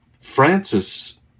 Francis